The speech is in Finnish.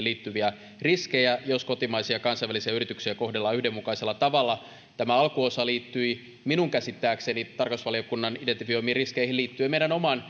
liittyviä riskejä jos kotimaisia ja kansainvälisiä yrityksiä kohdellaan yhdenmukaisella tavalla tämä alkuosa liittyi minun käsittääkseni tarkastusvaliokunnan identifioimiin riskeihin liittyen meidän oman